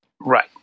Right